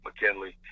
McKinley